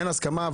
אין הסכמה.